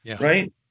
Right